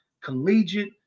collegiate